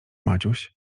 maciuś